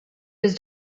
was